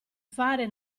fare